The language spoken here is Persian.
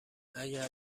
اگر